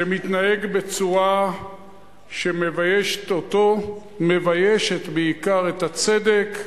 שמתנהג בצורה שמביישת אותו, מביישת בעיקר את הצדק,